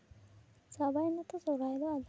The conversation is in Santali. ᱪᱟᱵᱟᱭ ᱱᱟᱛᱚ ᱥᱚᱨᱦᱟᱭ ᱫᱚ